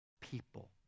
people